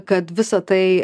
kad visa tai